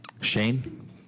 Shane